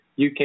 UK